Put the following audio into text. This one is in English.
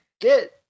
get